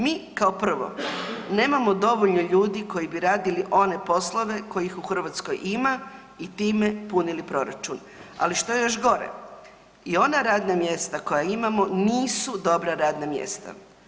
Mi kao prvo nemamo dovoljno ljudi koji bi radili one poslove kojih u Hrvatskoj ima i time punili proračun, ali što je još gore i ona radna mjesta koja imamo nisu dobra radna mjesta.